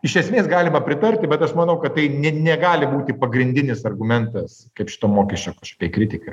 iš esmės galima pritarti bet aš manau kad tai ne negali būti pagrindinis argumentas kaip šito mokesčio kažkokia kritika